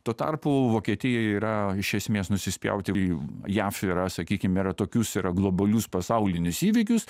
tuo tarpu vokietijai yra iš esmės nusispjaut ir į jav yra sakykim yra tokius yra globalius pasaulinius įvykius